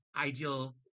ideal